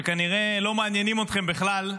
שכנראה לא מעניינים אתכם בכלל,